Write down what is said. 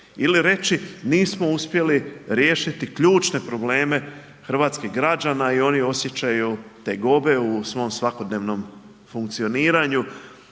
Ili reći nismo uspjeli riješiti ključne probleme hrvatskih građana i oni osjećaju tegobe u svom svakodnevnom funkcioniranju